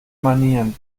manieren